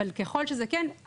אבל ככל וזה כן,